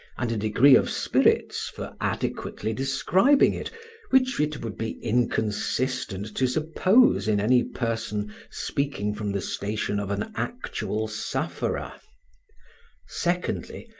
and a degree of spirits for adequately describing it which it would be inconsistent to suppose in any person speaking from the station of an actual sufferer secondly,